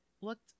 looked